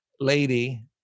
lady